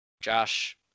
Josh